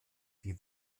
wie